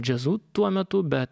džiazu tuo metu bet